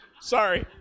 sorry